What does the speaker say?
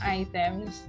items